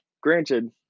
granted